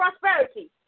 prosperity